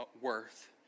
worth